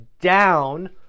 down